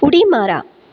उडी मारा